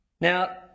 Now